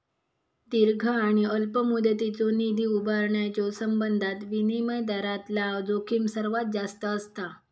दीर्घ आणि अल्प मुदतीचो निधी उभारण्याच्यो संबंधात विनिमय दरातला जोखीम सर्वात जास्त असता